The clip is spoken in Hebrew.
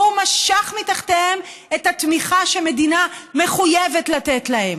והוא משך מתחתיהם את התמיכה שמדינה מחויבת לתת להם.